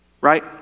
right